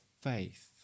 faith